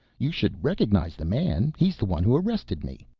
you should recognize the man, he's the one who arrested me.